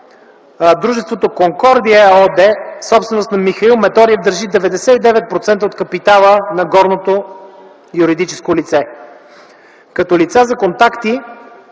Едно от тях „Конкордия” ЕООД - собственост на Михаил Методиев, държи 99% от капитала на горното юридическо лице. Като лице за контакти